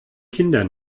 kinder